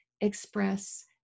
express